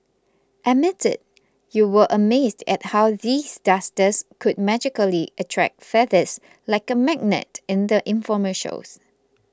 admit it you were amazed at how these dusters could magically attract feathers like a magnet in the infomercials